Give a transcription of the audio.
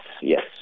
yes